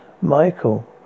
Michael